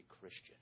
Christian